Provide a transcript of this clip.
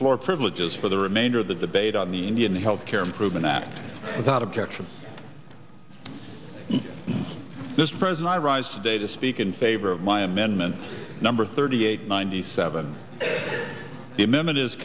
floor privileges for the remainder of the debate on the indian health care improvement act without objection and this present i rise today to speak in favor of my amendment number thirty eight ninety seven the minute is